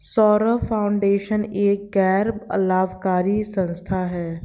Saurabh foundation एक गैर लाभकारी संस्था है